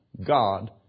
God